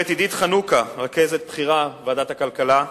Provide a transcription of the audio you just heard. הגברת עידית חנוכה, רכזת בכירה בוועדת הכלכלה,